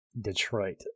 Detroit